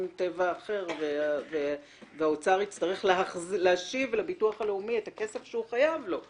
טבע אחר והאוצר יצטרך להשיב לביטוח הלאומי את הכסף שהוא חייב לו.